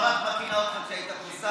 רם בן ברק לא כינה אותך כשהיית פה שר?